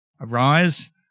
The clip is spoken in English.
Arise